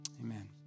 Amen